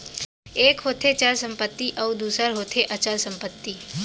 एक होथे चल संपत्ति अउ दूसर होथे अचल संपत्ति